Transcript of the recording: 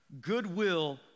goodwill